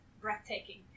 Breathtaking